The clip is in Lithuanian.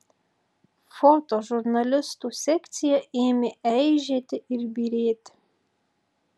fotožurnalistų sekcija ėmė eižėti ir byrėti